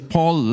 Paul